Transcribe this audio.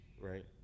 right